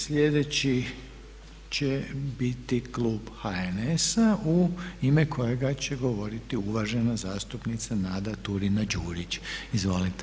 Sljedeći će biti klub HNS-a u ime kojega će govoriti uvažena zastupnica Nada Turina-Đurić, izvolite.